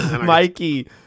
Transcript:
Mikey